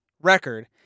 record